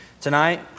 Tonight